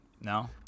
No